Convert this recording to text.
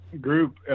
group